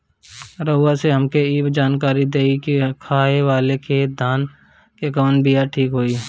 रउआ से हमके ई जानकारी देई की खाले वाले खेत धान के कवन बीया ठीक होई?